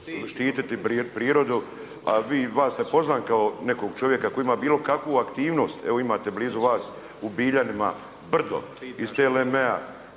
štititi prirodu, a vi … kao nekog čovjeka koji ima bilo kakvu aktivnost. Evo imate blizu vas u Biljanima brdo iz TLM-a